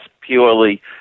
purely